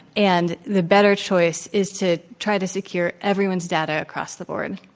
and the better choice is to try to secure everyone's data across the board.